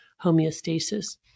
homeostasis